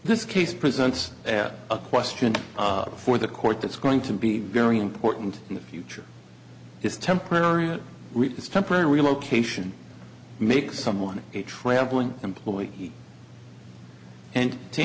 this case presents a question for the court that's going to be very important in the future is temporary it is temporary relocation makes someone a traveling employee and to